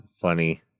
funny